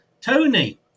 Tony